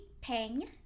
Peng